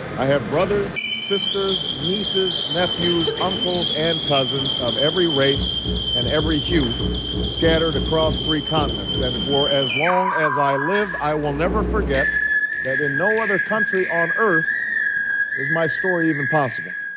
i have brothers, sisters, nieces, nephews, uncles and cousins of every race and every hue scattered across three continents. and for as long as i live, i will never forget that in no other country on earth is my story even possible.